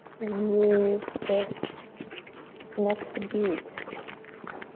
and use this next beat